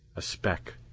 a speck.